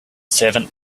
servant